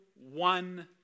one